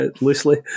loosely